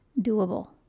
doable